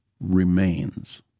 remains